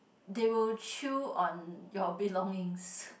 they will chew on your belongings